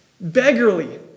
beggarly